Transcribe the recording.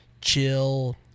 chill